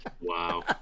wow